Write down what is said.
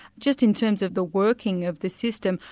just in terms of the working of the system,